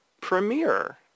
premiere